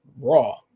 raw